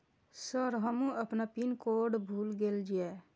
Sir हमू अपना pin code भूल गेल जीये?